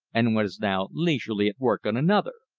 and was now leisurely at work on another.